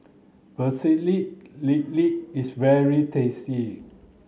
Pecel Lele is very tasty